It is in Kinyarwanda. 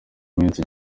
iminsi